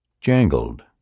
Jangled